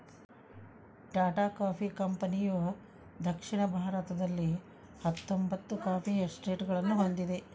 Tata coffee ಕಂಪನಿಯುದಕ್ಷಿಣ ಭಾರತದಲ್ಲಿಹತ್ತೊಂಬತ್ತು coffee ಎಸ್ಟೇಟ್ಗಳನ್ನು ಹೊಂದಿದೆ